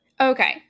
okay